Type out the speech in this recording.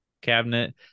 cabinet